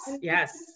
yes